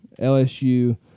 LSU